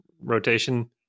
rotation